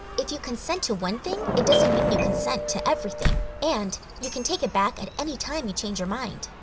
you consent to one thing it doesn't mean you consent to everything, and you can take it back at any time you change your mind.